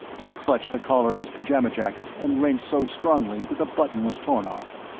he clutched the collar of his pyjama jacket and wrenched so strongly that the button was torn off.